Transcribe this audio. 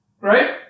Right